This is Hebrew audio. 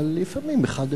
אבל לפעמים אחד אחד.